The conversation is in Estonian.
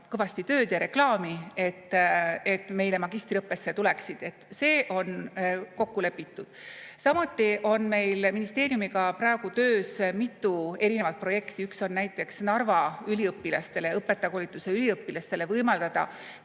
kõvasti tööd ja reklaami, et meile magistriõppesse tuldaks. See on kokku lepitud. Samuti on meil ministeeriumiga praegu töös mitu erinevat projekti. Üks on näiteks Narva üliõpilastele, õpetajakoolituse üliõpilastele võimaldada